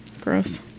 gross